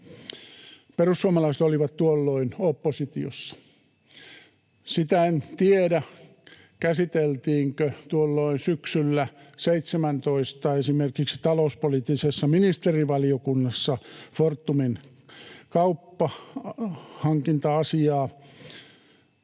Perussuomalaiset olivat tuolloin oppositiossa. Sitä en tiedä, käsiteltiinkö tuolloin syksyllä 17 esimerkiksi talouspoliittisessa ministerivaliokunnassa Fortumin kauppa-, hankinta-asiaa.